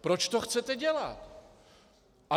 Proč to chcete dělat?